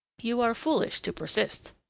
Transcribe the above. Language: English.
you are foolish to persist.